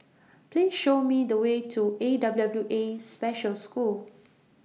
Please Show Me The Way to A W W A Special School